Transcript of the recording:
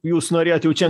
jūs norėjot jau čia